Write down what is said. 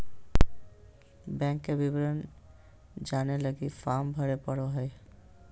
bank के विवरण जाने लगी फॉर्म भरे पड़ो हइ